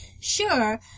sure